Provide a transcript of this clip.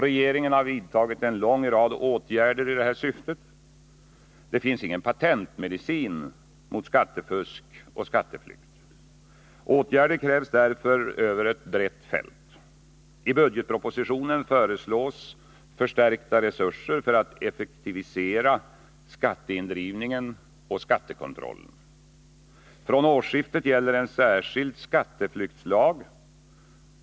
Regeringen har vidtagit en lång rad åtgärder i detta syfte. Det finns ingen patentmedicin mot skattefusk och skatteflykt. Åtgärder krävs därför över ett brett fält. I budgetpropositionen föreslås förstärkta resurser för att effektivisera skatteindrivningen och skattekontrollen. Från årsskiftet gäller en särskild skatteflyktlag.